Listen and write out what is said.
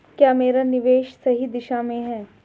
क्या मेरा निवेश सही दिशा में है?